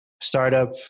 startup